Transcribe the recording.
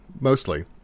mostly